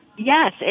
Yes